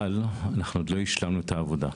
אבל אנחנו עדיין לא השלמנו את העבודה.